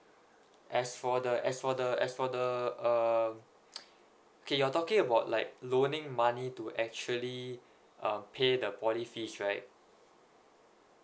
as for the as for the as for the uh okay you're talking about like loaning money to actually pay the poly fees right